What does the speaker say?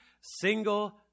single